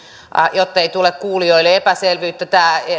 jottei tule kuulijoille epäselvyyttä tämä